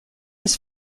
his